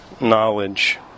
knowledge